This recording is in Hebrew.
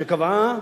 שקבעה